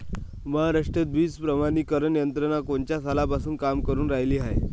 महाराष्ट्रात बीज प्रमानीकरण यंत्रना कोनच्या सालापासून काम करुन रायली हाये?